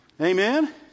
Amen